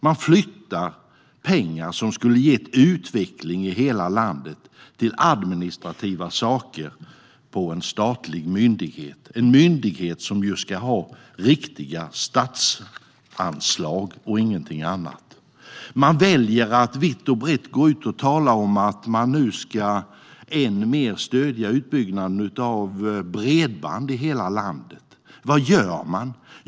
Man flyttar pengar som skulle ha gett utveckling i hela landet till administrativa saker på en statlig myndighet, som ju ska ha riktiga statsanslag och ingenting annat. Man väljer att vitt och brett gå ut och tala om att man nu än mer ska stödja utbyggnaden av bredband i hela landet. Men vad gör man?